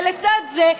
ולצד זה,